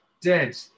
dead